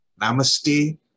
namaste